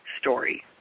story